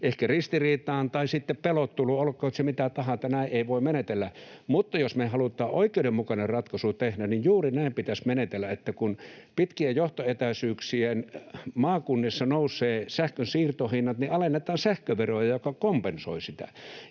ehkä ristiriitaan tai sitten pelotteluun — olkoon se mitä tahansa — että näin ei voi menetellä. Mutta jos me halutaan oikeudenmukainen ratkaisu tehdä, niin juuri näin pitäisi menetellä, että kun pitkien johtoetäisyyksien maakunnissa nousee sähkön siirtohinnat, niin alennetaan sähköveroja, mikä kompensoi sitä.